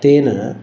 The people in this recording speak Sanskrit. तेन